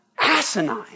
asinine